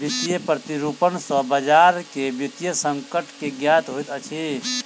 वित्तीय प्रतिरूपण सॅ बजार के वित्तीय संकट के ज्ञात होइत अछि